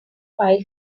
file